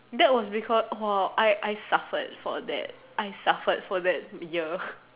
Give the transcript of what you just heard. that was because orh I suffered for that I suffered for that year